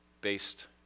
based